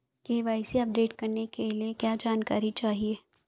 KYC update करने के लिए क्या जानकारी चाहिए?